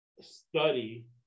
study